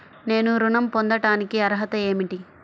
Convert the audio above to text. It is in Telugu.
నేను ఋణం పొందటానికి అర్హత ఏమిటి?